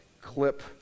clip